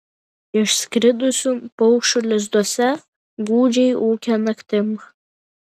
išskridusių paukščių lizduose gūdžiai ūkia naktim